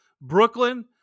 Brooklyn